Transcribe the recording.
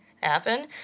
happen